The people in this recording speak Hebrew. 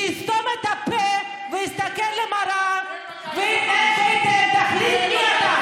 שיסתום את הפה ויסתכל במראה ויתנהג בהתאם.